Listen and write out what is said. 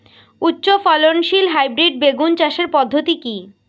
উচ্চ ফলনশীল হাইব্রিড বেগুন চাষের পদ্ধতি কী?